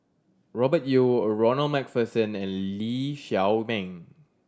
Robert Yeo A Ronald Macpherson and Lee Shao Meng